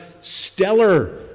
stellar